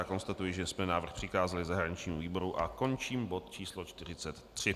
Konstatuji, že jsme návrh přikázali zahraničnímu výboru, a končím bod 43.